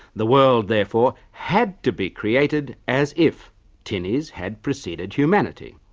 the world therefore had to be created as if tinnies had preceded humanity.